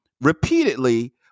repeatedly